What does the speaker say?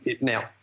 now